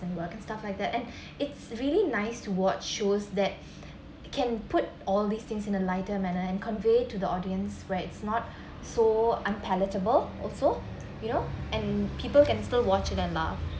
in work and stuff like that and it's really nice to watch shows that can put all these things in a lighter manner and convey to the audience where it's not so unpalatable also you know and people can still watch it and laugh